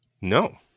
No